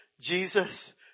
Jesus